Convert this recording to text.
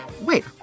wait